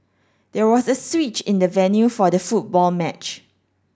there was a switch in the venue for the football match